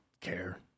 care